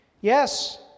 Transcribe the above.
Yes